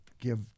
give